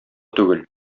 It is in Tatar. түгел